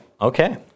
okay